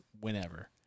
whenever